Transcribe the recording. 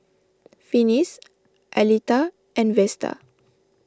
Finis Aleta and Vesta